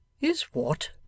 Is—what